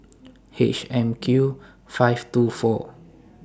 H M Q five two four